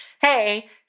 hey